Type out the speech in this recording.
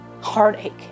heartache